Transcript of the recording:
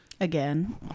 again